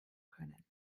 können